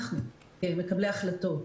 אנחנו כמקבלי החלטות,